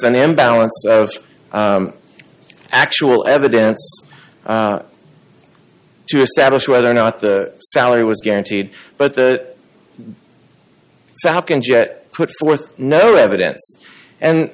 an imbalance actual evidence to establish whether or not the salary was guaranteed but the so how can she put forth no evidence and